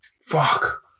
Fuck